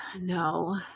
no